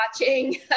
watching